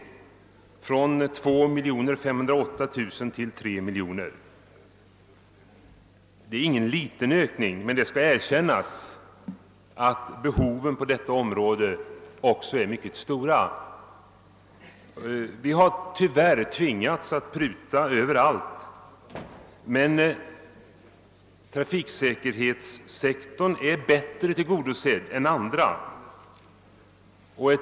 Att höja anslaget från 2 508 000 till 3 miljoner kronor är inte någon liten ökning — även om jag vill erkänna att behoven på detta område är mycket stora. Vi har tyvärr tvingats pruta på många områden, men trafiksäkerhetssektorn har blivit bättre tillgodosedd än andra.